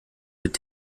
mit